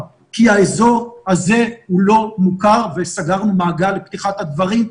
כי האזור הזה לא מוכר וסגרנו מעגל עם פתיחת הדברים.